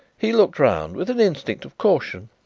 he looked round with an instinct of caution,